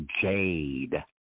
jade